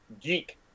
geek